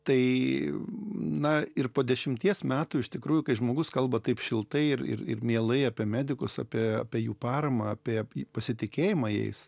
tai na ir po dešimties metų iš tikrųjų kai žmogus kalba taip šiltai ir ir mielai apie medikus apie apie jų paramą apie pasitikėjimą jais